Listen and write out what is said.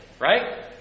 right